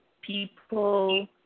people